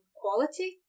quality